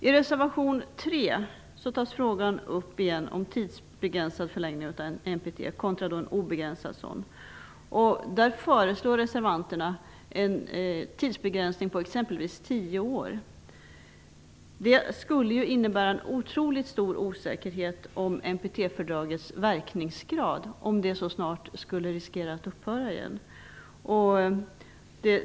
I reservation 3 tas frågan om en tidsbegränsad förlängning av NPT kontra en obegränsad sådan upp igen. Där föreslår reservanterna en tidsbegränsning på t.ex. tio år. Det skulle innebära en otroligt stor osäkerhet om NPT-fördragets verkningsgrad om det skulle riskera att upphöra så snart.